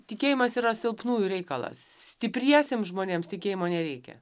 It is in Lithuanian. tikėjimas yra silpnųjų reikalas stipriesiems žmonėms tikėjimo nereikia